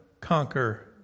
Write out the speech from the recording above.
conquer